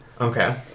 Okay